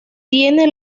tiene